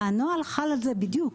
והנוהל חל על זה בדיוק,